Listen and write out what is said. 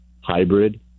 hybrid